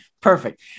perfect